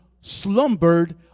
slumbered